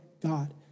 God